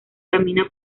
camina